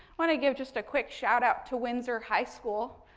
want to give just a quick shout out to windsor high school.